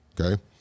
okay